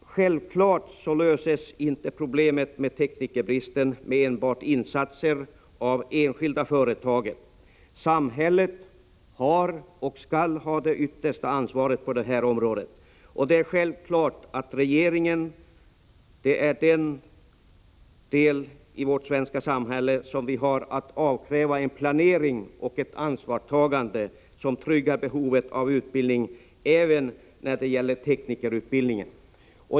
Självfallet löses inte problemet med teknikerbristen enbart med insatser av de enskilda företagen. Samhället har och skall ha det yttersta ansvaret på det här området, och regeringen är den instans i vårt samhälle som vi kan avkräva en planering och ett ansvarstagande för tillgodoseende av behovet av en utbildning även på teknikerområdet.